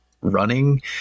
running